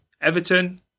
Everton